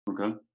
Okay